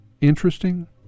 interesting